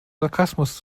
sarkasmus